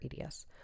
EDS